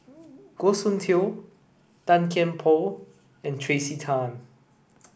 Goh Soon Tioe Tan Kian Por and Tracey Tan